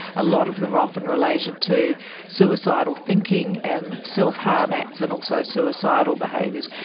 a lot of them often related to suicidal thinking and self-harm acts and also suicidal behaviours,